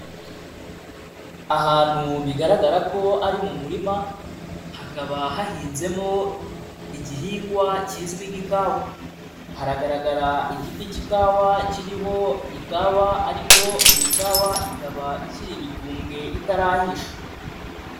Ahantu bigaragara ko ari mu murima hakaba hahinzemo igihingwa kizwi nk'ikawa, hagaragara igiti k'ikawa kiriho ikawa ariko iyi kawa ikaba ikiri ibitumbwe itarahisha.